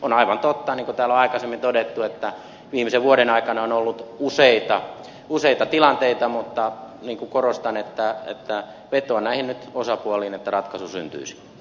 on aivan totta niin kuin täällä on aikaisemmin todettu että viimeisen vuoden aikana on ollut useita tilanteita mutta korostan että vetoan nyt näihin osapuoliin että ratkaisu syn tyisi